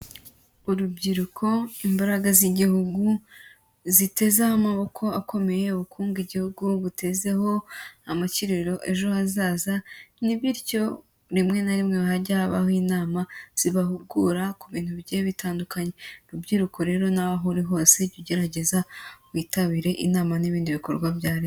Urubyiruko imbaraga z'Igihugu zitezeho amaboko akomeye, ubukungu Igihugu butezeho amakiriro ejo hazaza, ni bityo rimwe na rimwe hajya habaho inama zibahugura ku bintu bigiye bitandukanye. Rubyiruko rero nawe aho uri hose jya ugerageza witabire inama n'ibindi bikorwa bya Leta.